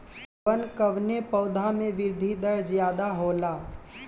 कवन कवने पौधा में वृद्धि दर ज्यादा होला?